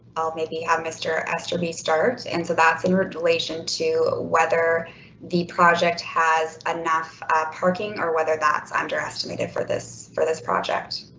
i'll maybe have mr aster be start and so that's in relation to whether the project has enough parking or whether that's under estimated for this for this project.